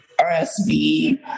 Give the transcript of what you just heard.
RSV